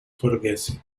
forgesi